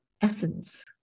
essence